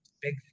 Big